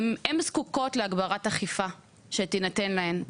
הן זקוקות להגברת אכיפה שתינתן להן.